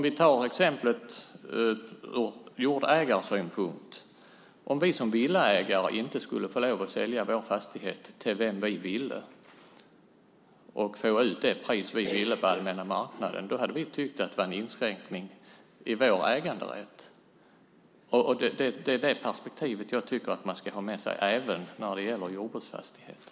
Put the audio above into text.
Vi tar exemplet ur jordägarsynpunkt: Om vi som villaägare inte skulle få lov att sälja vår fastighet till vem vi ville och få ut det pris vi ville på den allmänna marknaden hade vi tyckt att det var en inskränkning i vår äganderätt. Det perspektivet ska man ha med sig även när det gäller jordbruksfastigheter.